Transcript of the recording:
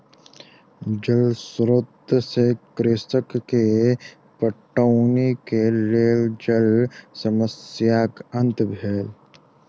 जल स्रोत से कृषक के पटौनी के लेल जल समस्याक अंत भेल